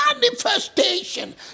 manifestation